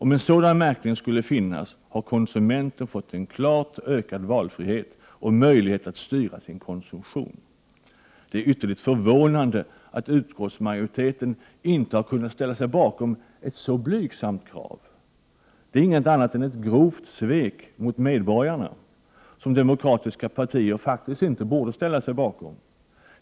Med en sådan märkning skulle konsumenten få en klart ökad valfrihet och möjlighet att styra sin konsumtion. Det är ytterligt förvånande att utskottsmajoriteten inte har kunnat ställa sig bakom ett så blygsamt krav. Det är inget annat än ett grovt svek mot medborgarna, vilket demokratiska partier faktiskt inte borde ställa sig bakom.